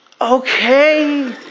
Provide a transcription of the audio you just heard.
Okay